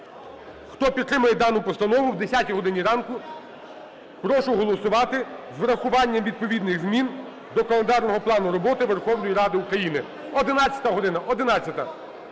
Хто підтримує дану постанову, о 10-й годині ранку, прошу голосувати з врахуванням відповідних змін до календарного плану роботи Верховної Ради України. 11 година! 11-а!